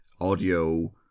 audio